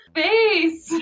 face